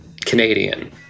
Canadian